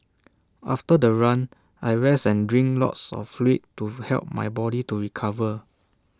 after the run I rest and drink lots of fluid to help my body to recover